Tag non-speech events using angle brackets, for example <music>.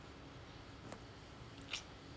<noise>